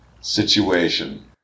situation